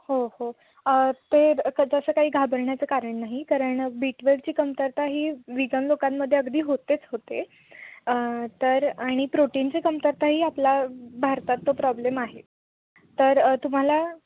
हो हो ते क तसं काही घाबरण्याचं कारण नाही कारण बी ट्वेलची कमतरता ही विगन लोकांमध्ये अगदी होतेच होते तर आणि प्रोटीनची कमतरताही आपला भारतात तो प्रॉब्लेम आहे तर तुम्हाला